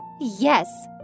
Yes